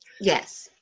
Yes